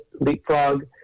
leapfrog